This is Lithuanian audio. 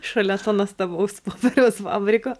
šalia to nuostabaus popieriaus fabriko